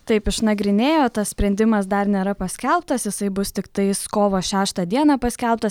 taip išnagrinėjo tas sprendimas dar nėra paskelbtas jisai bus tiktais kovo šeštą dieną paskelbtas